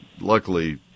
luckily